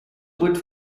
будет